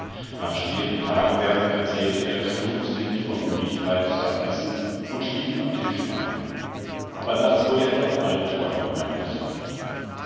nach schwerem tagewerk verzehrte er stumpfsinnig vor müdigkeit sein essen und schlief am tisch ein aber nachts wurde er von alpträumen heimgesucht